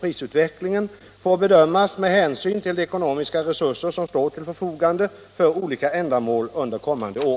prisutvecklingen får bedömas med hänsyn till de ekonomiska resurser som står till förfogande för olika ändamål under kommande år.